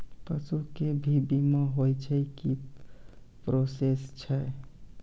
पसु के भी बीमा होय छै, की प्रोसेस छै?